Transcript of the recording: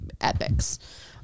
epics